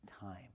time